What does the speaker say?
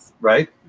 Right